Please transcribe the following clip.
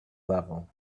level